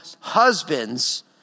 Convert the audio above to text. husbands